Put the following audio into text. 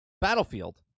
Battlefield